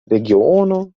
regiono